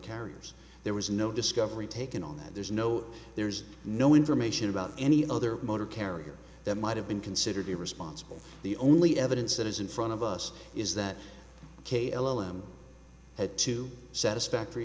carriers there was no discovery taken on that there's no there's no information about any other motor carrier that might have been considered be responsible the only evidence that is in front of us is that ok l m had two satisfactory